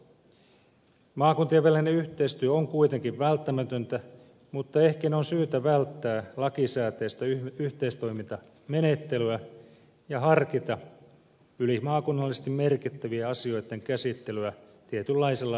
maakuntien välinen yhteistyö on kuitenkin välttämätöntä mutta ehkä on syytä välttää lakisääteistä yhteistoimintamenettelyä ja harkita yli maakunnallisesti merkittävien asioitten käsittelyä tietynlaisella läheisyysperiaatteella